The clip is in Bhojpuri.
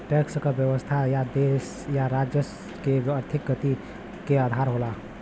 टैक्स क व्यवस्था देश या राज्य क आर्थिक प्रगति क आधार होला